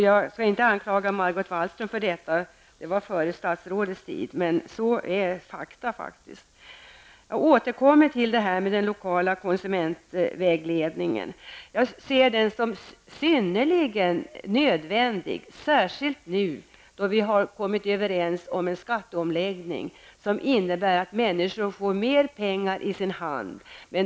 Jag skall inte anklaga Margot Wallström för detta, eftersom det här hände före hennes tid som statsråd. Jag har bara presenterat fakta. Jag återkommer i frågan om den lokala konsumentvägledningen. Jag anser att denna är synnerligen nödvändig, särskilt i nuläget. Vi har ju kommit överens om en skatteomläggning, som innebär att människor får mera pengar i handen.